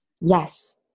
Yes